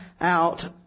out